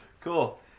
Cool